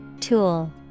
Tool